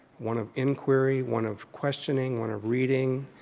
one of inquiry, one of questioning, one of reading,